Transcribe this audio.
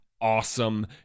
awesome